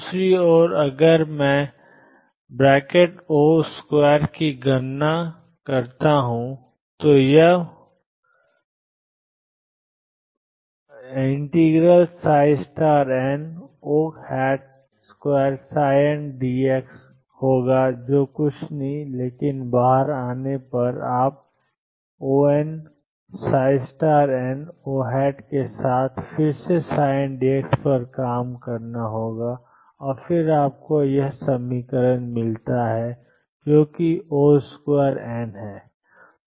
दूसरी ओर अगर मैं ⟨O2⟩ की गणना करता हूं तो यह ∫nO2ndx होगा जो कुछ भी नहीं है लेकिन बाहर आने पर आप On nO के साथ फिर से n dx पर काम कर रहे हैं और आपको On2∫nndx मिलता है जो कि On2 है